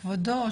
כבודו,